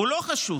הוא לא חשוד.